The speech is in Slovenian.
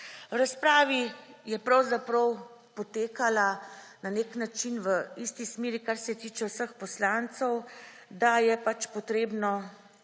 V razpravi je pravzaprav potekala na nek način, v isti smeri, kar se tiče vseh poslancev, da je potrebno